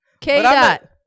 K-Dot